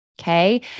Okay